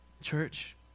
Church